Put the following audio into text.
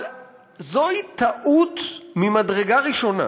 אבל זוהי טעות ממדרגה ראשונה